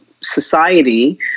society